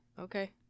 okay